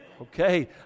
Okay